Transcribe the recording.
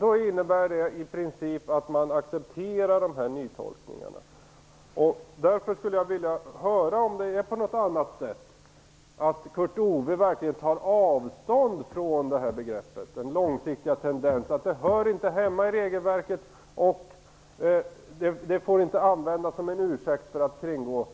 Det innebär i princip att nytolkningarna accepteras. Därför skulle jag vilja veta om Kurt Ove Johansson verkligen tar avstånd från begreppet "den långsiktiga tendensen" och om han anser att det inte hör inte hemma i regelverket och inte får användas som en ursäkt för att kringgå